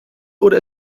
oder